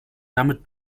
damit